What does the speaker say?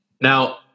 Now